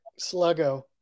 sluggo